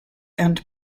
and